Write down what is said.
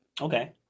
Okay